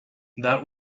that